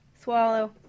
Swallow